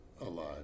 alive